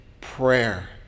prayer